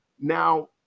Now